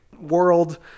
world